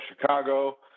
Chicago